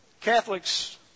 Catholics